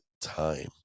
time